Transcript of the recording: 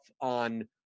on